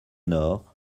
nord